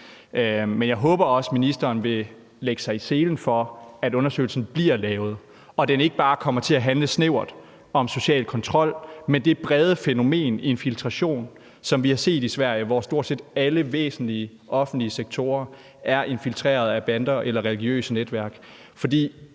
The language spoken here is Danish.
Men jeg håber også, at ministeren vil lægge sig i selen for, at undersøgelsen bliver lavet, og at den ikke bare kommer til at handle snævert om social kontrol, men også om det brede fænomen med infiltration, som vi har set i Sverige, hvor stort set alle væsentlige offentlige sektorer er infiltreret af bander eller religiøse netværk.